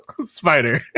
spider